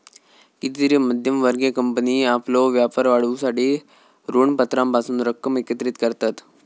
कितीतरी मध्यम वर्गीय कंपनी आपलो व्यापार वाढवूसाठी ऋणपत्रांपासून रक्कम एकत्रित करतत